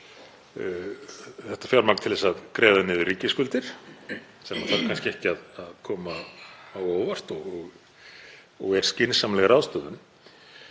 þetta fjármagn til að greiða niður ríkisskuldir, sem þarf kannski ekki að koma á óvart og er skynsamleg ráðstöfun,